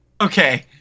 Okay